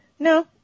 No